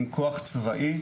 עם כוח צבאי.